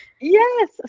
yes